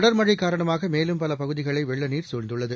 தொடர் மழை காரணமாக மேலும் பல பகுதிகளை வெள்ளநீர் சூழ்ந்துள்ளது